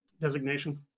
Designation